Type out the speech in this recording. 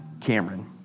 Cameron